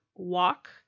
walk